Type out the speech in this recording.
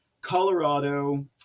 colorado